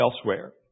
elsewhere